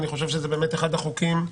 זה אחד החוקים,